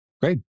great